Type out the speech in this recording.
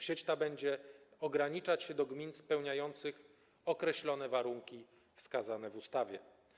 Sieć ta będzie ograniczać się do gmin spełniających określone warunki wskazane w ustawie.